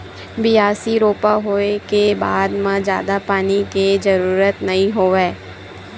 बियासी, रोपा होए के बाद म जादा पानी के जरूरत नइ होवय